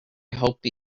hope